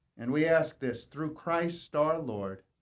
and we ask this through christ our lord,